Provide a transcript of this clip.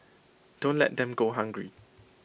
don't let them go hungry